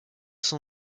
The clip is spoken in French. son